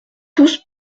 tous